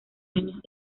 niños